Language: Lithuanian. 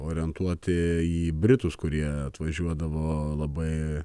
orientuoti į britus kurie atvažiuodavo labai